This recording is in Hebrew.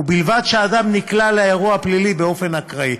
ובלבד שהאדם נקלע לאירוע הפלילי באופן אקראי.